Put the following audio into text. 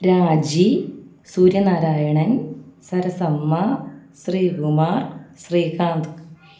രാജി സൂര്യനാരായണൻ സരസമ്മ ശ്രീകുമാർ ശ്രീകാന്ത്